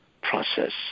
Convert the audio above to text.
process